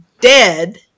dead